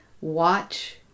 watch